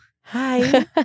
Hi